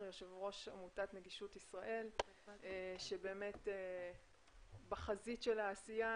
יו"ר עמותת נגישות ישראל שבאמת בחזית העשייה